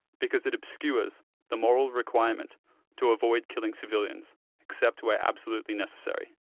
because it obscures the moral requirement to avoid killing civilians except where absolutely necessary.